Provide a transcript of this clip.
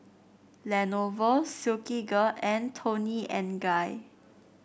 Lenovo Silkygirl and Toni and Guy